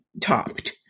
topped